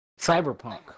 Cyberpunk